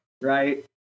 right